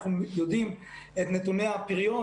אנחנו יודעים את נתוני הפריון,